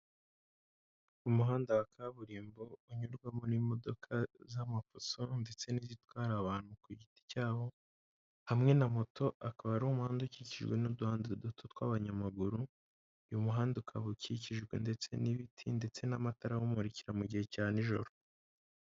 Umuhanda wa kaburimbo unyurwamo n'imodoka z'amafuso ndetse n'izitwara abantu ku giti cyabo, hamwe na moto akaba ari umuhanda ukikijwe n'uduhanda duto tw'abanyamaguru, uyu muhanda ukaba ukikijwe ndetse n'ibiti ndetse n'amatara awumurikira mu gihe cya nijoro.